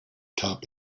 top